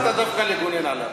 למה בחרת דווקא לגונן עליו?